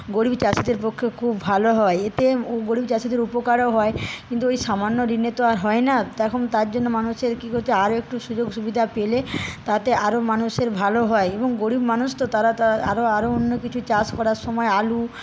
গরীব চাষীদের পক্ষেও খুব ভালো হয় এতে গরীব চাষীদের উপকারও হয় কিন্তু ওই সামান্য ঋণে তো আর হয় না তখন তার জন্য মানুষের কি করতে হয় আরও একটু সুযোগ সুবিধা পেলে তাতে আরও মানুষের ভালো হয় এবং গরীব মানুষ তো তারা তার আরো আরোও অন্য কিছু চাষ করার সময় আলু